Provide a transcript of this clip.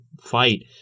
fight